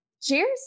cheers